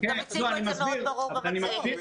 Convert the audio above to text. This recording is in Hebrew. גם הציגו את מאוד ברור במצגת.